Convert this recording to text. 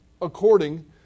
according